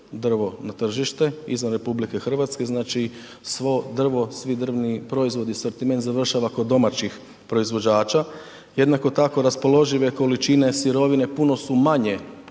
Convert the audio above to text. drvo na tržište izvan RH, znači svo drvo, svi drvni proizvodi, sortimen završava kod domaćih proizvođača. Jednako tako raspoložive količine sirovine puno su manje